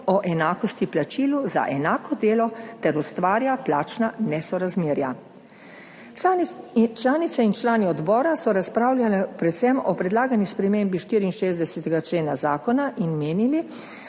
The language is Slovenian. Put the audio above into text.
o enakosti plačila za enako delo ter ustvarja plačna nesorazmerja. Člani in članice odbora so razpravljali predvsem o predlagani spremembi 64. člena zakona in menili,